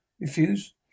Refuse